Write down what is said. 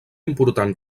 important